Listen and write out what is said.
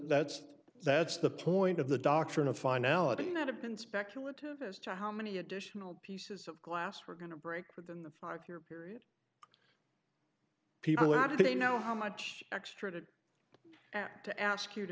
that's that's the point of the doctrine of finality not have been speculative as to how many additional pieces of glass we're going to break within the five year period people how do they know how much extra to act to ask you to